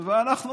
ואנחנו